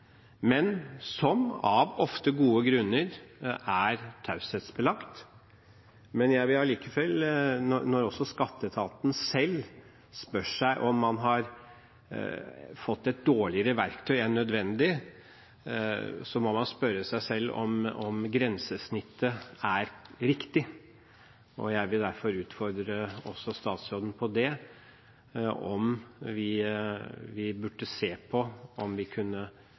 men som – ofte av gode grunner – er taushetsbelagt. Når skatteetaten selv spør seg om man har fått et dårligere verktøy enn nødvendig, må man også selv spørre seg om grensesnittet er riktig. Jeg vil derfor utfordre statsråden på om vi burde se på om vi